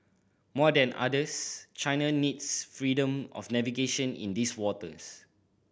more than others China needs freedom of navigation in these waters